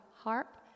harp